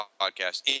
podcast